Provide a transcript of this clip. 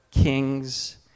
kings